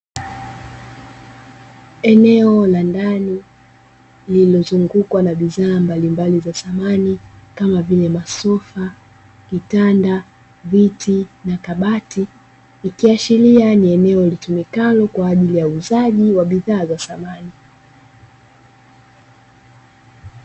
Eneo la ndani lililozungukwa na bidhaa mbalimbali za samani, kama vile: masofa, kitanda, viti na kabati, likiashiria ni eneo litumikalo kwa ajili ya uuzaji wa bidhaa za samani.